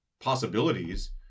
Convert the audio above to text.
possibilities